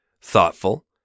thoughtful